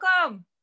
Welcome